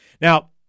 Now